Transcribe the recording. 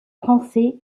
français